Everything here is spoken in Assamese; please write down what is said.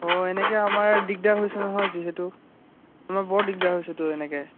অঁ এনেকৈ আমাৰ দিগদাৰ হৈছে নহয় যিহেতু আমাৰ বৰ দিগদাৰ হৈছেতো এনেকৈ